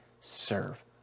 serve